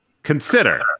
Consider